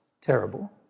terrible